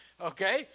Okay